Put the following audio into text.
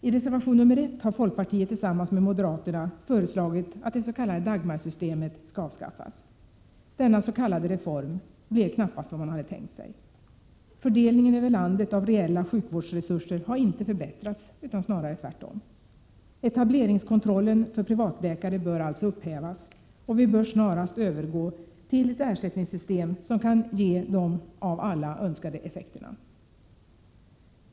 I reservation nr 1 har folkpartiet tillsammans med moderaterna föreslagit att Dagmarsystemet skall avskaffas. Denna s.k. reform blev knappast vad man hade tänkt sig. Fördelningen över landet av reella sjukvårdsresurser har inte förbättrats — snarare tvärtom. Etableringskontrollen för privatläkare bör alltså upphävas, och vi bör snarast övergå till ett ersättningssystem som kan ge de av alla önskade effekterna.